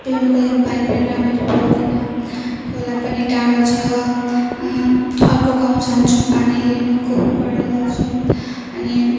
पिउनको लागि पानी पनि राम्ररी पाउँदैन खोला पनि टाढो छ अर्को गाउँ जान्छौँ पानी लिनु कुपबाट ल्याउँछौँ अनि